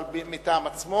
אבל מטעם עצמו,